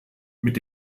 mit